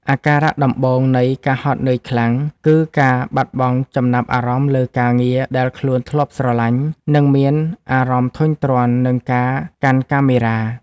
អាការៈដំបូងនៃ ការហត់នឿយខ្លាំង គឺការបាត់បង់ចំណាប់អារម្មណ៍លើការងារដែលខ្លួនធ្លាប់ស្រឡាញ់ និងមានអារម្មណ៍ធុញទ្រាន់នឹងការកាន់កាមេរ៉ា។